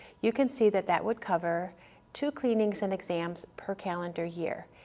you can see that that would cover two cleanings and exams per calendar year.